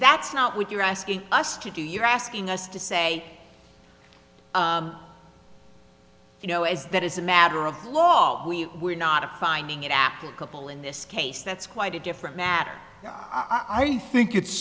that's not what you're asking us to do you're asking us to say you know as that is a matter of law we're not of finding it applicable in this case that's quite a different matter i think it's